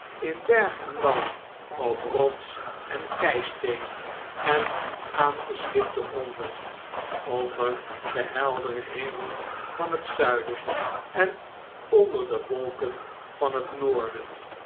in berg en dal op rots en keisteen en aangeslibde gronden onder den helderen hemel van het zuiden en onder de wolken van het noorden